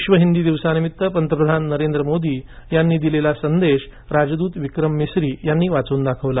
विश्व हिंदी दिवसानिमित्त पंतप्रधान नरेंद्र मोदी यांनी दिलेला संदेश राजदूत विक्रम मिस्री यांनी वाचून दाखवला